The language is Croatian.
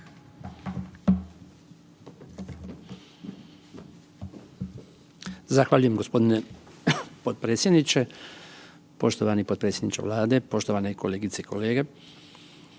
Zahvaljujem g. potpredsjedniče. Poštovani potpredsjedniče Vlade, poštovani kolegice i kolege.